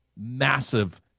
massive